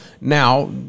now